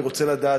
אני רוצה לדעת,